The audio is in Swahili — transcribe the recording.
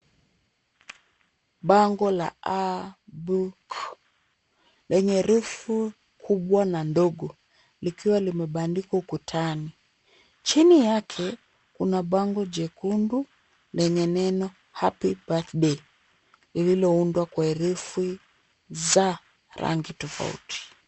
Bangola, A , book lenye rufu kubwa na ndogo, likiwa limebandikwa ukutani. Chini yake, kuna bango jekundu, lenye neno Happy Birthday lililoundwa kwa herufi za rangi tofauti.